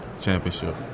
championship